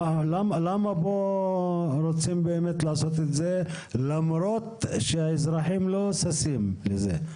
למה רוצים לעשות את זה פה למרות שהאזרחים לא ששים לזה?